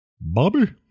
Bobby